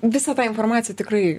visą tą informaciją tikrai